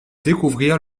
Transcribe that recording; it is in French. découvrir